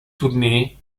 tournée